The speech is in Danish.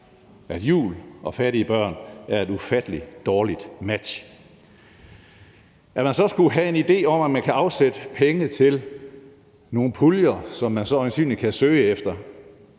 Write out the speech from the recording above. at jul og fattige børn er et ufattelig dårligt match. At man så har en idé om, at man kan afsætte penge til nogle puljer, som folk så øjensynlig